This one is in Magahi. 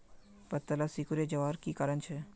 पत्ताला सिकुरे जवार की कारण छे?